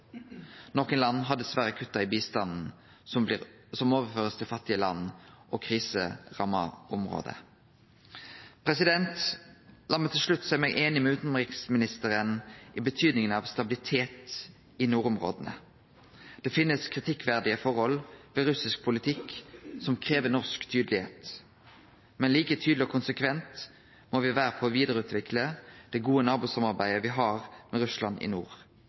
land har dessverre kutta i bistanden som blir overført til fattige land og kriseramma område. Lat meg til slutt seie meg einig med utanriksministeren når det gjeld betydinga av stabilitet i nordområda. Det finst kritikkverdige forhold ved russisk politikk som krev norsk tydelegheit. Men like tydelege og konsekvente må me vere når me skal vidareutvikle det gode nabosamarbeidet me har med Russland i nord.